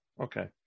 Okay